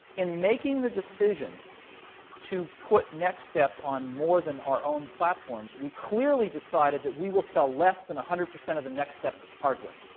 in making the decision to put nextstep on more than our own platforms, we clearly decided that we will sell less than one hundred percent of the nextstep hardware.